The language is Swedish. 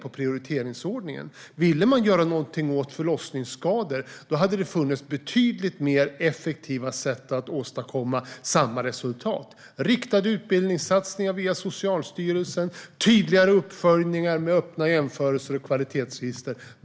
Om det finns en vilja att göra någonting åt förlossningsskador finns det betydligt mer effektiva sätt att åstadkomma samma resultat, nämligen riktade utbildningssatsningar via Socialstyrelsen samt tydliga uppföljningar med öppna jämförelser och kvalitetslistor.